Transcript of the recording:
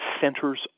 centers